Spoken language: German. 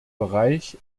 bereich